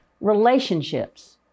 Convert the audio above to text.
Relationships